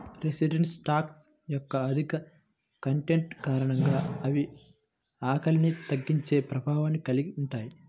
resistant starch యొక్క అధిక content కారణంగా అవి ఆకలిని తగ్గించే ప్రభావాన్ని కలిగి ఉంటాయి